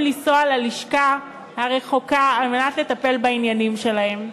לנסוע ללשכה הרחוקה על מנת לטפל בעניינים שלהם.